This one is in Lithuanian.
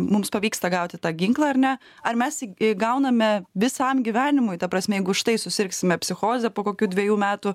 mums pavyksta gauti tą ginklą ar ne ar mes įgauname visam gyvenimui ta prasme jeigu štai susirgsime psichoze po kokių dvejų metų